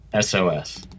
SOS